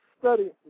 study